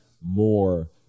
more –